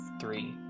three